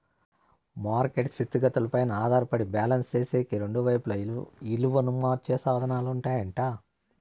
market స్థితిగతులపైనే ఆధారపడి balance సేసేకి రెండు వైపులా ఇలువను మార్చే సాధనాలుంటాయట